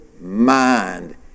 mind